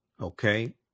okay